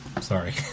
Sorry